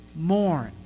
mourn